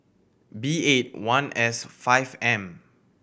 B eight one S five M